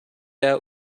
out